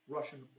Russian